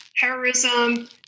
terrorism